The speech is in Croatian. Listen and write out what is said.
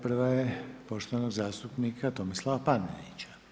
Prva je poštovanog zastupnika Tomislava Panenića.